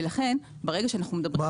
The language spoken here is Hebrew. ולכן ברגע שאנחנו מדברים על -- מה